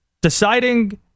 deciding